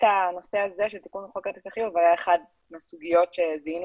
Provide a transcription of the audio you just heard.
הנושא הזה של תיקון חוק כרטיסי חיוב היה אחד מהסוגיות שזיהינו